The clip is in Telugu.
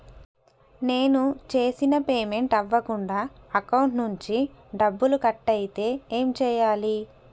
నేను చేసిన పేమెంట్ అవ్వకుండా అకౌంట్ నుంచి డబ్బులు కట్ అయితే ఏం చేయాలి?